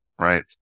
Right